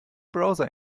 browser